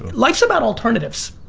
life's about alternatives.